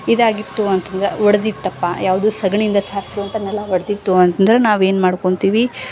ಇದಾಗಿತ್ತು ಅಂತಂದ್ರೆ ಒಡ್ದಿತ್ತಪ್ಪ ಯಾವುದು ಸಗಣಿಯಿಂದ ಸಾರ್ಸಿರುವಂಥ ನೆಲ ಒಡ್ಡಿತ್ತು ಅಂತಂದ್ರೆ ನಾವೇನು ಮಾಡ್ಕೊಳ್ತೀವಿ